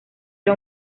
era